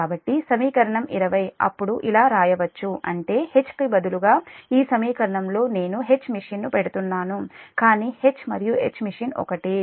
కాబట్టి సమీకరణం 20 అప్పుడు ఇలా వ్రాయవచ్చు అంటే H కి బదులుగా ఈ సమీకరణంలో నేను Hmachine ను పెడుతున్నాను కానీ H మరియు Hmachine ఒక్కటే